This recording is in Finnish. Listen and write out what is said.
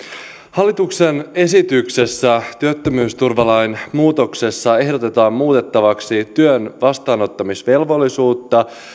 hallituksen esityksessä työttömyysturvalain muuttamisesta ehdotetaan muutettavaksi työn vastaanottamisvelvollisuutta